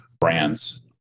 brands